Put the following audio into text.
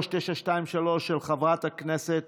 פ/3923, של חברת הכנסת